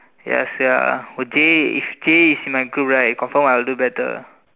ya sia oh Jay if Jay is in my group right confirm I will do better